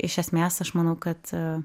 iš esmės aš manau kad